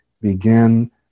begin